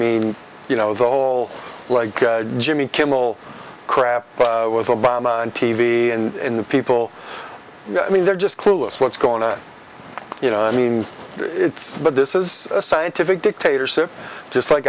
mean you know the whole like jimmy kimmel crap but with obama on t v and in the people i mean they're just clueless what's going to you know i mean it's but this is a scientific dictatorship just like